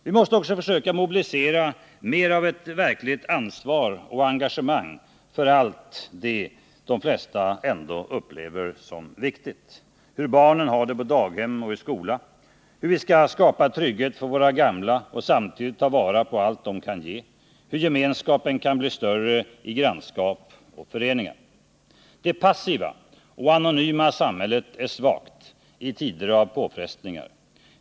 Vi måste försöka mobilisera mer av ett verkligt ansvar och engagemang för allt det som de flesta ändå upplever som viktigt: hur barnen har det på daghem och i skolan, hur vi skall skapa trygghet för våra gamla och samtidigt ta vara på allt de kan ge, hur gemenskapen kan bli större i grannskap och föreningar. Det passiva och anonyma samhället är svagt i tider av påfrestningar.